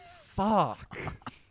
fuck